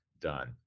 done